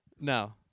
No